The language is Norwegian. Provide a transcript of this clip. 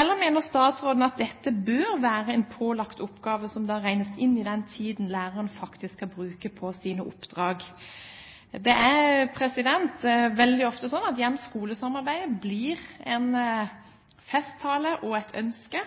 Eller mener statsråden at dette bør være en pålagt oppgave, som da regnes inn i den tiden læreren faktisk skal bruke på sine oppdrag? Det er veldig ofte sånn at hjem–skole-samarbeidet blir en festtale og et ønske,